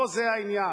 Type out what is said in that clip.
לא זה העניין.